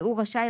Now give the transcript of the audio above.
והוא רשאי,